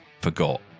forgot